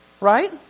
right